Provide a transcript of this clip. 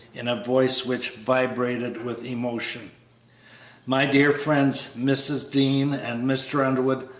in a voice which vibrated with emotion my dear friends, mrs. dean and mr. underwood,